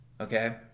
Okay